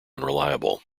unreliable